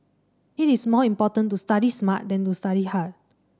it is more important to study smart than to study hard